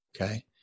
Okay